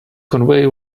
conway